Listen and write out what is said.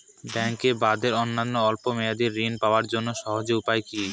ব্যাঙ্কে বাদে অন্যত্র স্বল্প মেয়াদি ঋণ পাওয়ার জন্য সহজ উপায় কি?